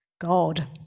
God